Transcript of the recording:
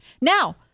Now